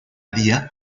día